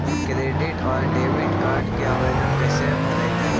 Credit और debit card के आवेदन कैसे भरैतैय?